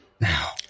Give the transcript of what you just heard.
now